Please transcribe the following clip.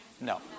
No